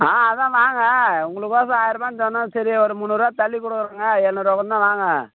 ஆ அதுதான் வாங்க உங்களுக்கோசரம் ஆயர்ரூபாய்ன்னு சொன்னேன் சரி ஒரு முந்நூறு தள்ளி கூட கொடுங்க எண்ணூறு வாங்க